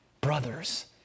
brothers